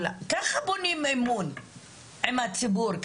ככה בונים אמון עם הציבור.